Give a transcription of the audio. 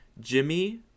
Jimmy